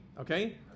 okay